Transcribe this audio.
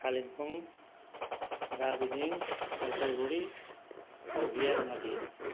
Kalimpong Darjeeling Jalpaiguri Hooghly Nadia